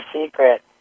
secret